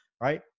Right